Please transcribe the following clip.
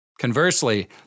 Conversely